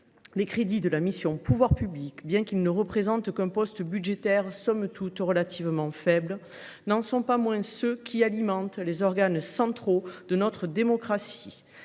Ces crédits, bien qu’ils ne représentent qu’un poste budgétaire somme toute relativement faible, n’en sont pas moins ceux qui alimentent les organes centraux de notre démocratie.